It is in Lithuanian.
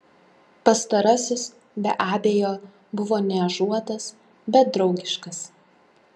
pastarasis be abejo buvo niežuotas bet draugiškas